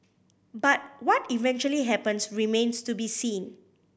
but what eventually happens remains to be seen